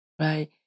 Right